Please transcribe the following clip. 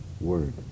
word